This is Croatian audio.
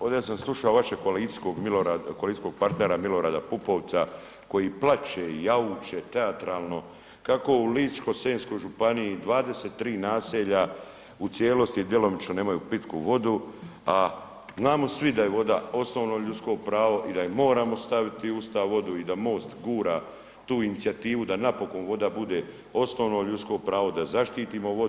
ovdje sam slušao vašeg koalicijskog partnera Milorada Pupovca koji plaće i jauče teatralno kako u Ličko-senjskoj županiji 23 naselja u cijelosti i djelomično nemaju pitku vodu a znamo svi da je voda osnovno ljudsko pravo i da je moramo staviti u Ustav vodu i da MOST gura tu inicijativu da napokon voda bude osnovno ljudsko pravo, da zaštitimo vodu.